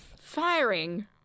Firing